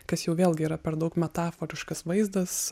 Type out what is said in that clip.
kas jau vėlgi yra per daug metaforiškas vaizdas